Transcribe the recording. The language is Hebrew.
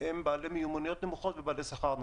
הם בעלי מיומנויות נמוכות ובעלי שכר נמוך.